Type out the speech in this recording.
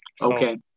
Okay